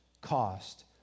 cost